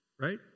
Right